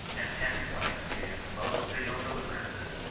and ten to one experience the most signal deliverances,